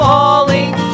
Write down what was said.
Falling